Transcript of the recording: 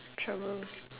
trouble